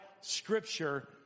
Scripture